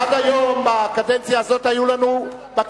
עד היום בקדנציה הזאת היו לנו בכנסת